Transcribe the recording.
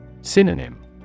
Synonym